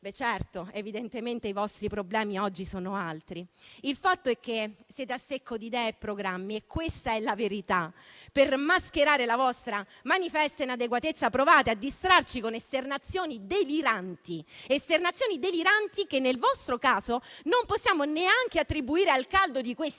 Certo, evidentemente i vostri problemi oggi sono altri. Il fatto è che siete a secco di idee e programmi, e questa è la verità. Per mascherare la vostra manifesta inadeguatezza, provate a distrarci con esternazioni deliranti che, nel vostro caso, non possiamo neanche attribuire al caldo di questi